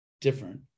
different